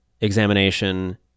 examination